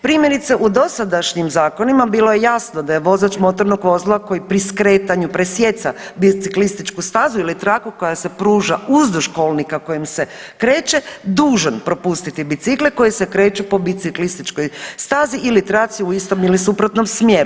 Primjerice, u dosadašnjim zakonima bilo je jasno da je vozač motornog vozila koji pri skretanju presijeca biciklističku stazu ili traku koja se pruža uzduž kolnika kojim se kreće dužan propustiti bicikle koji se kreću po biciklističkoj stazi ili traci u istom ili suprotnom smjeru.